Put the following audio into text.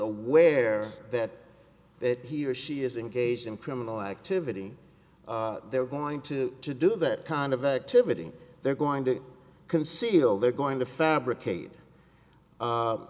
aware that that he or she is engaged in criminal activity they're going to to do that kind of a pivot and they're going to conceal they're going to fabricate